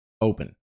open